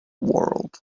world